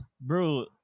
bro